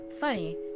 Funny